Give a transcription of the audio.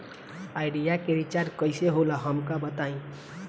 Idea के recharge कईसे होला हमका बताई?